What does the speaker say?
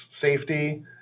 safety